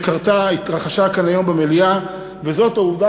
שהתרחשה כאן היום במליאה, וזאת העובדה